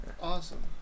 Awesome